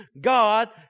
God